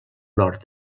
nord